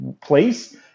place